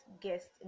guest